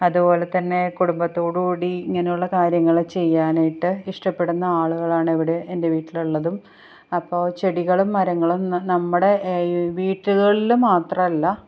അതുപോലെതന്നെ കുടുംബത്തോടു കൂടി ഇങ്ങനെയുള്ള കാര്യങ്ങൾ ചെയ്യാനായിട്ട് ഇഷ്ടപ്പെടുന്ന ആളുകളാണിവിടെ എൻ്റെ വീട്ടിലുള്ളതും അപ്പോൾ ചെടികളും മരങ്ങളും നമ്മുടെ വീട്ടുകളിൽ മാത്രമല്ല